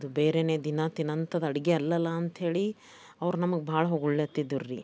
ಇದು ಬೇರೆಯೇ ದಿನ ತಿನ್ನುವಂಥದ್ದು ಅಡುಗೆ ಅಲ್ಲಲ್ಲ ಅಂಥೇಳಿ ಅವರು ನಮಗೆ ಭಾಳ ಹೊಗಳುತ್ತಿದ್ದರು ರೀ